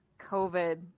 COVID